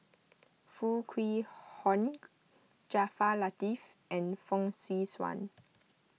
Foo Kwee Horng Jaafar Latiff and Fong Swee Suan